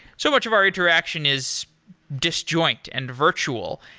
so much of our interaction is disjoint and virtual.